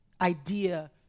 idea